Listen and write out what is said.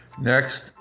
next